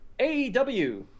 aew